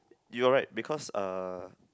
you are right because uh